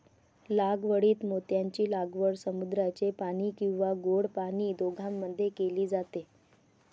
लागवडीत मोत्यांची लागवड समुद्राचे पाणी किंवा गोड पाणी दोघांमध्ये केली जाते